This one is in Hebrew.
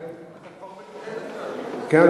כן,